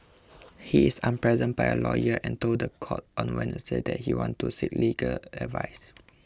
he is unrepresented by a lawyer and told the court on Wednesday that he wants to seek legal advice